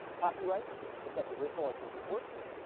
copyrights protect original artistic works,